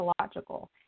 psychological